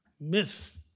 Myth